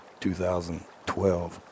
2012